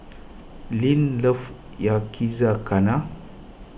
Leanne loves Yakizakana